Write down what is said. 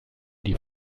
die